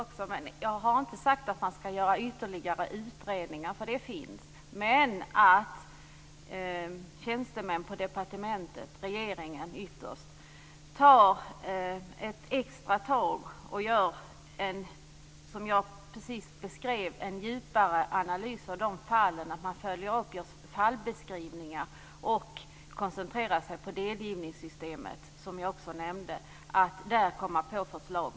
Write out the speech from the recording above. Jag har inte sagt att man skall göra ytterligare utredningar, eftersom det finns sådana, men att tjänstemän på departementet och ytterst regeringen tar ett extra tag och gör en djupare analys av olika fall, att man gör fallbeskrivningar, och koncentrerar sig på delgivningssystemet, som jag också nämnde, och lägger fram förslag.